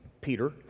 Peter